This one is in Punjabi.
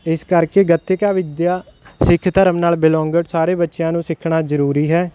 ਇਸ ਕਰਕੇ ਗੱਤਕਾ ਵਿੱਦਿਆ ਸਿੱਖ ਧਰਮ ਨਾਲ ਬਿਲੋਂਗ ਸਾਰੇ ਬੱਚਿਆਂ ਨੂੰ ਸਿੱਖਣਾ ਜਰੂਰੀ ਹੈ